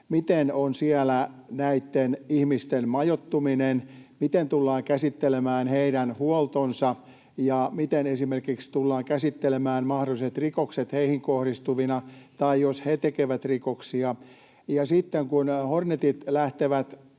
miten on siellä näitten ihmisten majoittuminen? Miten tullaan käsittelemään heidän huoltonsa? Ja miten esimerkiksi tullaan käsittelemään mahdolliset rikokset heihin kohdistuvina, tai jos he tekevät rikoksia? Ja sitten kun Hornetit lähtevät